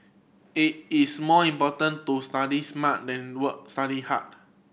it is more important to study smart than work study hard